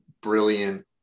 brilliant